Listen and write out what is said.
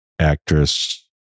actress